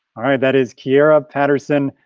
all right, that is kiera patterson,